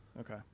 Okay